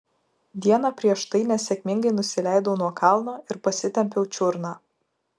dieną prieš tai nesėkmingai nusileidau nuo kalno ir pasitempiau čiurną